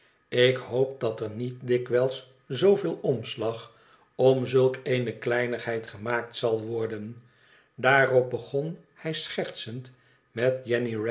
ik hoop dat er niet dikwijls zooveel omslag om zulk eene kleinigheid gemaakt zal worden daarop begon hij schertsend met